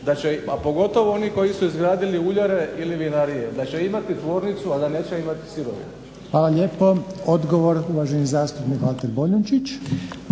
a pogotovo oni koji su izgradili uljare ili vinarije da će imati tvornicu a da neće imati sirovinu. **Reiner, Željko (HDZ)** Hvala lijepo. Odgovor, uvaženi zastupnik Valter